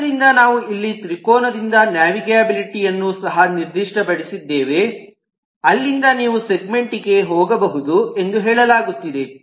ಆದ್ದರಿಂದ ನಾವು ಇಲ್ಲಿ ತ್ರಿಕೋನದಿಂದ ನ್ಯಾವಿಗಬಿಲಿಟಿ ಯನ್ನು ಸಹ ನಿರ್ದಿಷ್ಟಪಡಿಸಿದ್ದೇವೆ ಅಲ್ಲಿಂದ ನೀವು ಸೆಗ್ಮೆಂಟ್ ಗೆ ಹೋಗಬಹುದು ಎಂದು ಹೇಳಲಾಗುತ್ತಿದೆ